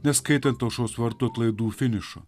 neskaitant aušros vartų atlaidų finišo